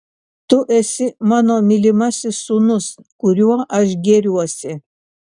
tu esi mano mylimasis sūnus kuriuo aš gėriuosi